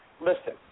listen